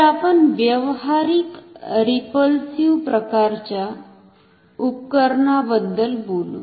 तर आपण व्यावहारिक रिपलसिव्ह प्रकारच्या उपकरणाबद्दल बोलू